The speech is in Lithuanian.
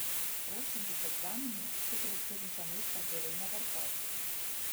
ruošiantis egzaminui cukraus turinčio maisto geriau nevartoti